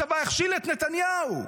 הצבא הכשיל את נתניהו.